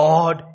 God